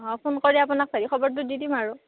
অঁ ফোন কৰি আপোনাক হেৰি খবৰটো দি দিম আৰু